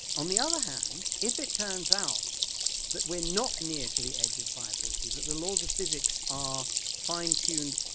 on the other hand, if it turns out that we're not near to the edge of viability, that the laws of physics are fine tuned,